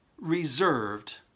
reserved